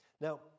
Now